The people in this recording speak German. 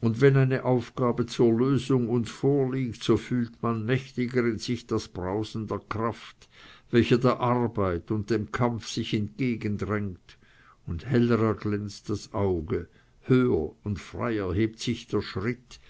und wenn eine aufgabe zur lösung uns vorliegt so fühlt man mächtiger in sich das brausen der kraft welche der arbeit und dem kampf sich entgegendrängt und heller erglänzt das auge höher und freier hebt sich der schritt